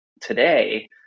today